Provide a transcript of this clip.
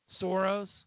Soros